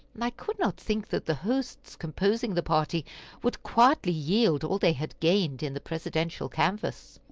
and i could not think that the hosts composing the party would quietly yield all they had gained in the presidential canvass.